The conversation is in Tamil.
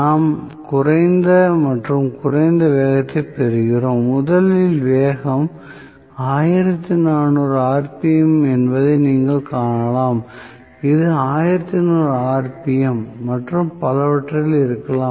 நாம் குறைந்த மற்றும் குறைந்த வேகத்தைப் பெறுகிறோம் வேகம் முதலில் 1400 rpm என்பதை நீங்கள் காணலாம் இது 1200 rpm மற்றும் பலவற்றில் இருக்கலாம்